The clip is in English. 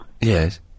Yes